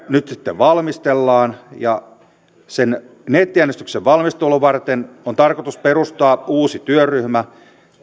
nyt sitten valmistellaan ja sen nettiäänestyksen valmistelua varten on tarkoitus perustaa uusi työryhmä